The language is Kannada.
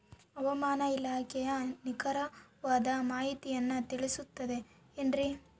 ಹವಮಾನ ಇಲಾಖೆಯ ನಿಖರವಾದ ಮಾಹಿತಿಯನ್ನ ತಿಳಿಸುತ್ತದೆ ಎನ್ರಿ?